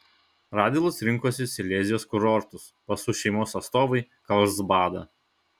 radvilos rinkosi silezijos kurortus pacų šeimos atstovai karlsbadą